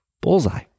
Bullseye